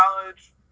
college